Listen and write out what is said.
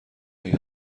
هایی